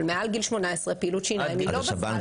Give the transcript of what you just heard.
אבל מעל גיל 18 פעילות שיניים היא לא בסל.